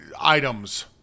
items